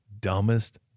dumbest